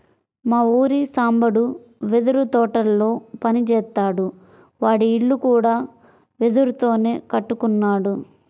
మా ఊరి సాంబడు వెదురు తోటల్లో పని జేత్తాడు, వాడి ఇల్లు కూడా వెదురుతోనే కట్టుకున్నాడు